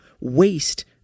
waste